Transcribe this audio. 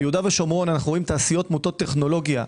ביהודה ושומרון אנו רואים תעשיות מוטות טכנולוגיה,